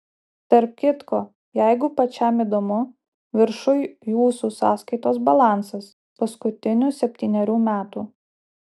tarp kitko jeigu pačiam įdomu viršuj jūsų sąskaitos balansas paskutinių septynerių metų